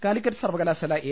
കാലിക്കറ്റ് സർവകലാശാല എ